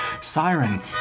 siren